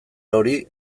hori